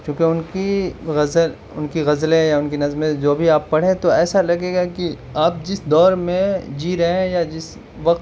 کیونکہ ان کی غزل ان کی غزلیں یا ان کی نظمیں جو بھی آپ پڑھیں تو ایسا لگے گا کہ آپ جس دور میں جی رہے ہیں یا جس وقت